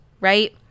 right